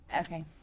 okay